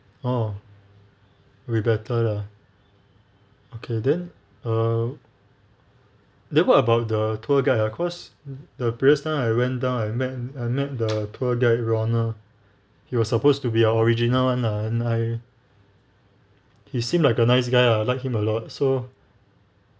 oh we better lah okay then err then what about the tour guide ah because the previous time I went down I met I met the tour guide ronald he was supposed to be our original [one] lah and I he seemed like a nice guy ah I like him a lot so